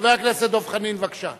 חבר הכנסת דב חנין, בבקשה.